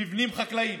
מבנים חקלאיים,